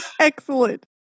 Excellent